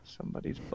somebody's